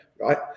Right